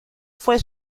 fue